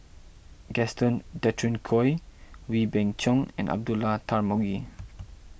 Gaston Dutronquoy Wee Beng Chong and Abdullah Tarmugi